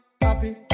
happy